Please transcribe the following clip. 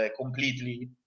completely